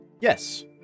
yes